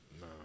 No